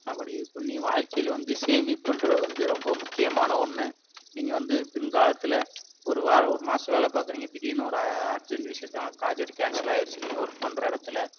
அப்படி இது பண்ணி வாழ்கையில் வந்து சேமிப்புன்றது வந்து ரொம்ப முக்கியமான ஒன்று நீங்கள் வந்து பின் காலத்தில் ஒரு வாரம் ஒரு மாசம் வேலை பாக்கறீங்க திடீர்னு ஒரு அர்ஜென்ட் விஷயத்தினால ப்ராஜெக்ட்டு கேன்சல் ஆகிருச்சு நீங்கள் ஒர்க் பண்ணுற இடத்துல